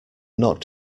not